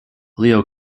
leo